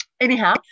anyhow